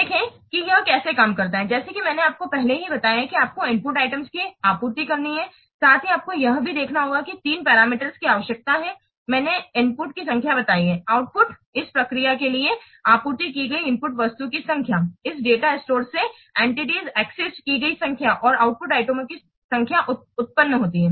देखें कि यह कैसे काम करता है जैसा कि मैंने आपको पहले ही बताया है आपको इनपुट आइटम्स की आपूर्ति करनी है साथ ही आपको यह भी देखना होगा कि तीन पैरामीटर्स की आवश्यकता है मैंने इनपुट की संख्या बताई है आउटपुट इस प्रक्रिया के लिए आपूर्ति की गई इनपुट वस्तुओं की संख्या इस डेटा स्टोर से एन्टीटीएस अस्सेस्सेड की गई संख्या और आउटपुट आइटमों की संख्या उत्पन्न होती है